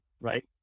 right